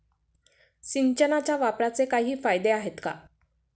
सिंचनाच्या वापराचे काही फायदे आहेत का?